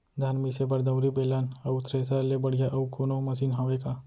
धान मिसे बर दउरी, बेलन अऊ थ्रेसर ले बढ़िया अऊ कोनो मशीन हावे का?